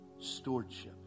Stewardship